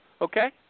Okay